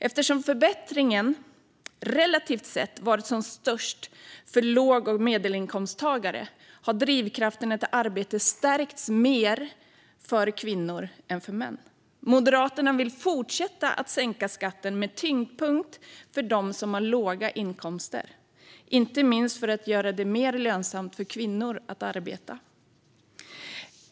Eftersom förbättringen relativt sett har varit som störst för låg och medelinkomsttagare har drivkrafterna till arbete stärkts mer för kvinnor än för män. Moderaterna vill fortsätta att sänka skatten med tyngdpunkt på dem som har låga inkomster, inte minst för att göra det mer lönsamt för kvinnor att arbeta.